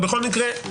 בכל מקרה,